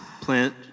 plant